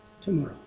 tomorrow